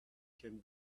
can